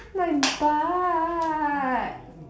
my butt